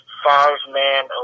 five-man